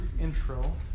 intro